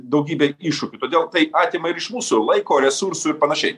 daugybė iššūkių todėl tai atima ir iš mūsų laiko resursų ir panašiai